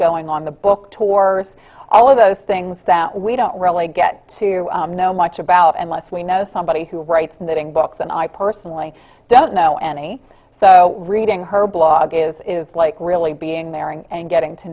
going on the book tours all of those things that we don't really get to know much about and less we know somebody who writes knitting books and i personally don't know any so reading her blog is like really being there and getting to